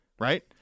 Right